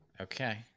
Okay